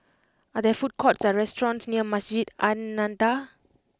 are there food courts or restaurants near Masjid An Nahdhah